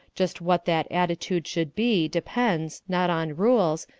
just what that attitude should be depends, not on rules,